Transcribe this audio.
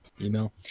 email